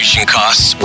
costs